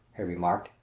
he remarked,